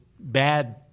bad